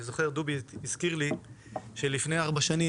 דובי הזכיר לי שלפני ארבע שנים,